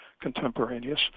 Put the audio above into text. contemporaneous